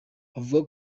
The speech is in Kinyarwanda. avuga